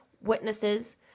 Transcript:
witnesses